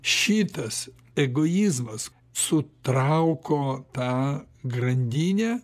šitas egoizmas sutrauko tą grandinę